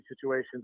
situations